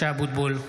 (קורא בשמות חברי הכנסת) משה אבוטבול,